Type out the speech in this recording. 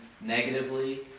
negatively